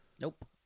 Nope